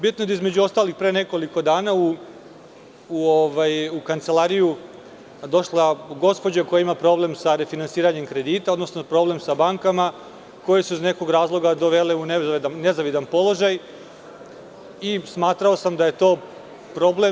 Bitno je da je, između ostalih, pre nekoliko dana u kancelariju došla gospođa koja ima problem sa refinansiranjem kredita, odnosno problem sa bankama koji suje iz nekog razloga dovele u nezavidan položaj i smatrao sam da je to problem.